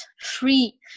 free